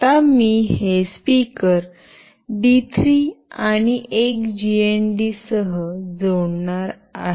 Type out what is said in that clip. आता मी हे स्पीकर D 3 आणि एक जीएनडी सह जोडणार आहे